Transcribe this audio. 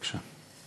בבקשה.